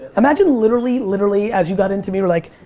imagine literally, literally, as you got in to me, were like,